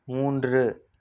மூன்று